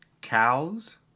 cows